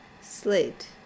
slate